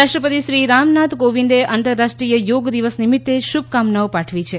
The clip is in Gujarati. રાષ્ટ્રપતિ શ્રી રામનાથ કોવિંદે આંતરરાષ્ટ્રીય યોગ દિવસ નિમિત્તે શુભકામનાઓ પાઠવી છે